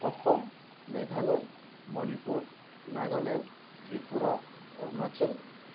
Assam Meghalaya Manipur Nagaland Tripura Arunachal